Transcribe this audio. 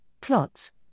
plots